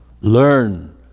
learn